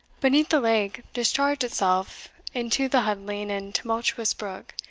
beneath, the lake discharged itself into the huddling and tumultuous brook,